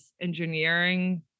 engineering